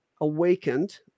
awakened